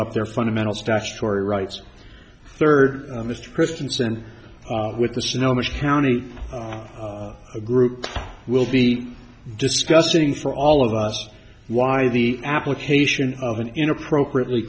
up their fundamental statutory rights third mr christensen with the snow much county group will be discussing for all of us why the application of an inappropriate lee